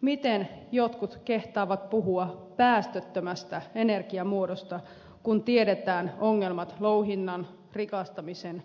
miten jotkut kehtaavat puhua päästöttömästä energiamuodosta kun tiedetään ongelmat louhinnassa rikastamisessa